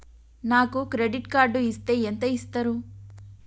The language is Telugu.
నాకు క్రెడిట్ కార్డు ఇస్తే ఎంత ఇస్తరు?